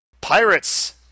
Pirates